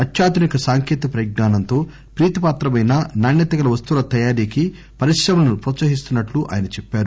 అత్యాధునిక సాంకేతిక పరిజ్నానంతో ప్రీతిపాత్రమైన నాణ్యత గల వస్తువుల తయారీకి పరిశ్రమలను హ్రోత్పహిస్తున్నట్లు ఆయన చెప్పారు